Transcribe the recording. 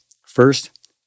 First